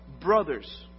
brothers